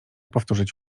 powtórzyć